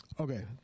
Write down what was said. Okay